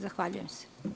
Zahvaljujem se.